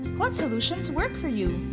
what solutions work for you?